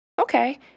Okay